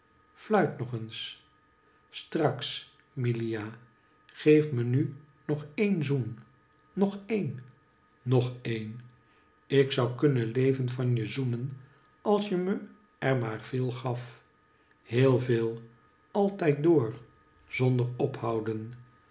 fluit nog eens straks milia geef menunog een zoen nog een nog een ik zou kunnen leven van je zoenen als je me er maar veel gaf heel veel altijd door zonder ophouden